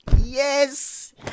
yes